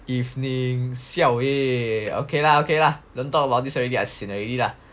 evening siao eh okay lah okay lah don't talk about this already I sian already lah